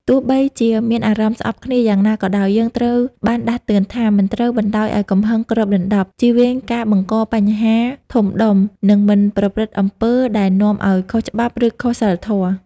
ទោះបីជាមានអារម្មណ៍ស្អប់គ្នាយ៉ាងណាក៏ដោយ យើងត្រូវបានដាស់តឿនថា មិនត្រូវបណ្តោយឲ្យកំហឹងគ្របដណ្ដប់ ជៀសវាងការបង្កបញ្ហាធំដុំ និងមិនប្រព្រឹត្តអំពើដែលនាំឲ្យខុសច្បាប់ ឬខុសសីលធម៌។